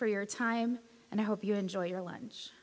for your time and i hope you enjoy your l